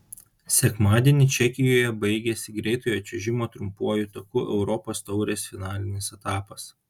sekmadienį čekijoje baigėsi greitojo čiuožimo trumpuoju taku europos taurės finalinis etapas